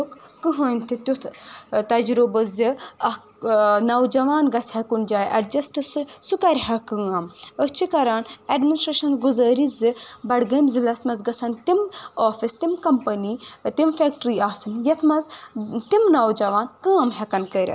کٔہنٛۍ تہِ تیُتھ تجرُبہٕ زِ اکھ نوجوان گژھِہا کُنہِ جایہِ ایٚڈجسٹ سُہ کَرِ ہا کٲم أسۍ چھِ کران ایٚڈمِنسٹریشنَس گُزٲرِس زِ بَڈگٲمۍ ذلَس منٛز گژھن تِم آفِس تِم کَمپٔنی تِم فیٚکٹری آسٕنۍ یَتھ منٛز تِم نوجوان کٲم ہیٚکَن کٔرِتھ